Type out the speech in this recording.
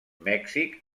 mèxic